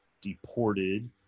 deported